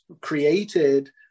created